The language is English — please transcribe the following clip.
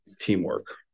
teamwork